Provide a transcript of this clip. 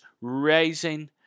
rising